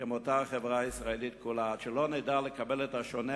כמותה החברה הישראלית כולה: עד שלא נדע לקבל את השונה,